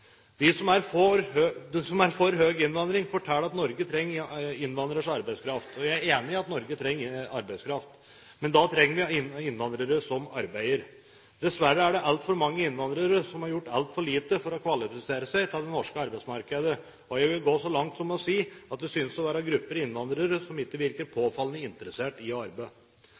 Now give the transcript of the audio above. De som er for høy innvandring, forteller at Norge trenger innvandrernes arbeidskraft. Jeg er enig i at Norge trenger arbeidskraft, men da trenger vi innvandrere som arbeider. Dessverre er det altfor mange innvandrere som har gjort altfor lite for å kvalifisere seg til det norske arbeidsmarkedet, og jeg vil gå så langt som til å si at det synes å være grupper av innvandrere som ikke virker påfallende interessert i